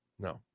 No